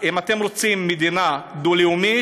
אם אתם רוצים מדינה דו-לאומית,